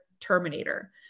Terminator